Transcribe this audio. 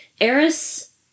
Aris